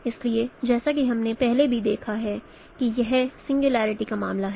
इसलिए जैसा कि हमने पहले भी देखा है कि यह सिंगुलैरिटी का मामला है